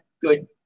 good